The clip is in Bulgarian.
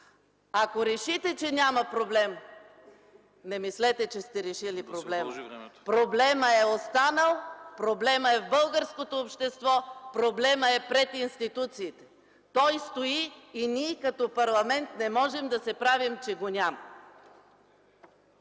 Ако решите, че няма проблем, не мислете, че сте решили проблема. Проблемът е останал – проблемът е в българското общество, проблемът е пред институциите. Той стои и ние като парламент не можем да се правим, че го няма.